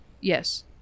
Yes